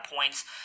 points